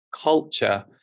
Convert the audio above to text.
Culture